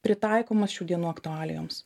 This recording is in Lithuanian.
pritaikomas šių dienų aktualijoms